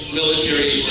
military